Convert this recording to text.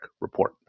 Report